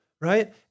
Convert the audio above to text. right